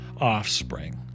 offspring